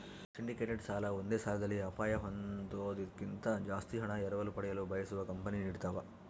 syndicated ಸಾಲ ಒಂದೇ ಸಾಲದಲ್ಲಿ ಅಪಾಯ ಹೊಂದೋದ್ಕಿಂತ ಜಾಸ್ತಿ ಹಣ ಎರವಲು ಪಡೆಯಲು ಬಯಸುವ ಕಂಪನಿ ನೀಡತವ